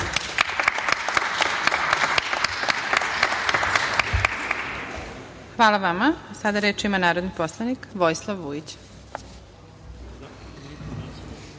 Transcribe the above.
Hvala vama. Sada reč ima narodni poslanik Vojislav